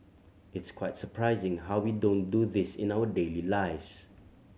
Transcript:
it's quite surprising how we don't do this in our daily lives